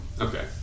Okay